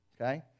okay